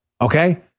okay